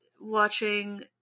watching